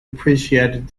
appreciated